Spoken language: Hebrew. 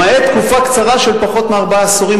למעט תקופה קצרה של פחות מארבעה עשורים,